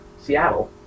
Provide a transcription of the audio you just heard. Seattle